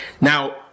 Now